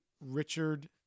Richard